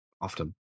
often